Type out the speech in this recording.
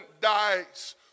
dies